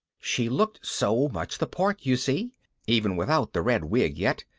she looked so much the part, you see even without the red wig yet,